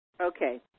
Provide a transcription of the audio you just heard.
Okay